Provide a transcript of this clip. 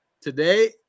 today